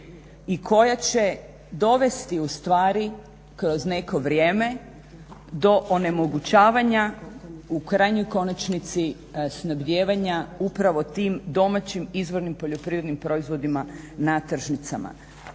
i koja će dovesti u stvari kroz neko vrijeme do onemogućavanja u krajnjoj konačnici snabdijevanja upravo tim domaćim izvornim poljoprivrednim proizvodima na tržnicama.